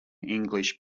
english